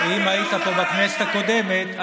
אם היית פה בכנסת הקודמת,